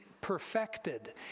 perfected